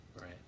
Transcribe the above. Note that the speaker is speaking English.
right